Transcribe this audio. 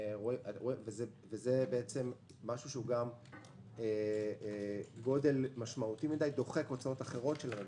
זה משהו שהוא גם גודל משמעותי מדי ודוחק הוצאות אחרות של הממשלה.